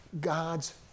God's